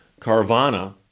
Carvana